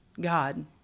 God